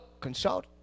Consult